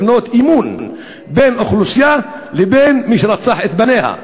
לבנות אמון בין אוכלוסייה לבין מי שרצח את בניה?